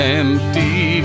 empty